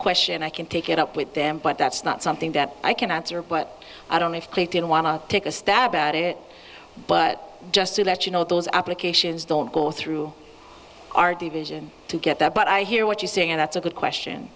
question i can take it up with them but that's not something that i can answer but i don't know if they didn't want to take a stab at it but just to let you know those applications don't go through our division to get that but i hear what you're saying and that's a good question